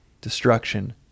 destruction